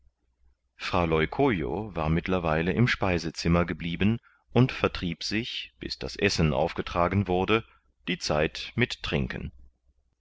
fra leucojo war mittlerweile im speisezimmer geblieben und vertrieb sich bis das essen aufgetragen wurde die zeit mit trinken